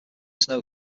snow